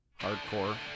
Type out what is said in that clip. hardcore